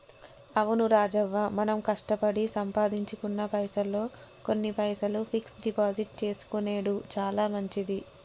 అవును రాజవ్వ మనం కష్టపడి సంపాదించుకున్న పైసల్లో కొన్ని పైసలు ఫిక్స్ డిపాజిట్ చేసుకొనెడు చాలా మంచిది